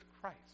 Christ